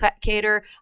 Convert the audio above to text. Cater